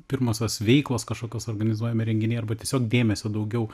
pirmosios veiklos kažkokios organizuojami renginiai arba tiesiog dėmesio daugiau